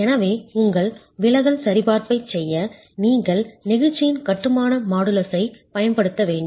எனவே உங்கள் விலகல் சரிபார்ப்பைச் செய்ய நீங்கள் நெகிழ்ச்சியின் கட்டுமான மாடுலஸைப் பயன்படுத்த வேண்டும்